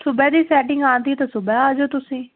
ਸੁਬਹਾ ਦੀ ਸੈਟਿੰਗ ਆਉਂਦੀ ਤਾਂ ਸੁਬਹਾ ਆ ਜਾਓ ਤੁਸੀਂ